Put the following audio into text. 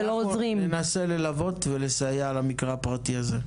אנחנו ננסה ללוות ולסייע למקרה הפרטי הזה.